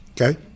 Okay